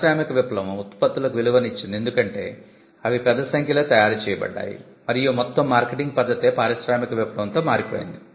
పారిశ్రామిక విప్లవం ఉత్పత్తులకు విలువను ఇచ్చింది ఎందుకంటే అవి పెద్ద సంఖ్యలో తయారు చేయబడ్డాయి మరియు మొత్తం మార్కెటింగ్ పద్ధతే పారిశ్రామిక విప్లవంతో మారిపోయింది